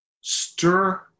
stir